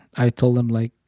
i told him, like,